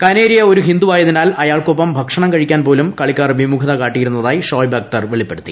കനേരിയ ഒരു അക്തറാണ് ഹിന്ദുവായതിനാൽ അയാൾക്കൊപ്പം ഭക്ഷണം കഴിക്കാൻ പോലും കളിക്കാർ വിമുഖത കാട്ടിയിരുന്നതായി ഷോയബ് അക്തർ വെളിപ്പെടുത്തി